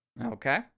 Okay